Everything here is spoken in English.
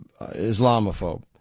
Islamophobe